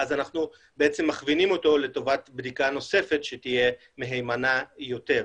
ואז אנחנו מכווינים אותו לטובת בדיקה נוספת שתהיה מהימנה יותר.